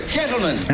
gentlemen